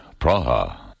Praha